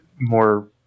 more